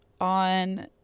on